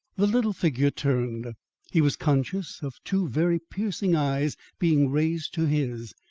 the little figure turned he was conscious of two very piercing eyes being raised to his,